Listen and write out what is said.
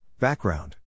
Background